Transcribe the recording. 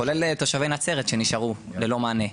כולל תושבי נצרת שנשארו ללא מענה,